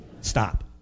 stop